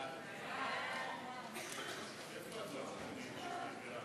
סעיפים 1 10 נתקבלו.